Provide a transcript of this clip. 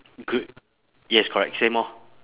good yes correct same orh